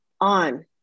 on